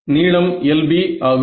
நீளம் LB ஆகும்